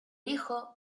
hijo